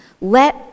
Let